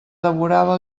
devorava